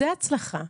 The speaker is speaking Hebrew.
זה הצלחה,